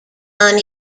don